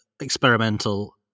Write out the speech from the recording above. experimental